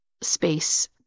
space